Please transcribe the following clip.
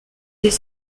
des